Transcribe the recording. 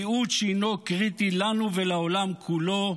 ייעוד שהינו קריטי לנו ולעולם כולו,